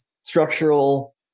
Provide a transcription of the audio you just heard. structural